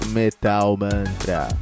metalmantra